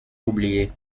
oubliée